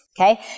okay